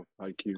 IQ